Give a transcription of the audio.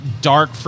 dark